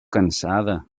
cansada